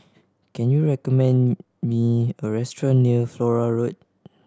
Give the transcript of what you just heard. can you recommend me a restaurant near Flora Road